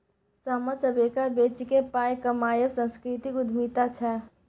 सामा चकेबा बेचिकेँ पाय कमायब सांस्कृतिक उद्यमिता छै